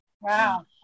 Wow